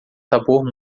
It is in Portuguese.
sabor